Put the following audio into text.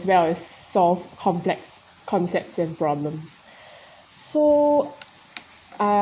as well as solve complex concepts and problems so